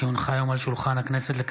כי הונחה היום על שולחן הכנסת,